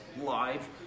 live